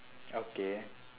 okay